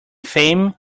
fame